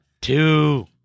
two